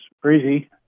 crazy